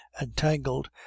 entangled